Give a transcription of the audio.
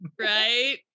Right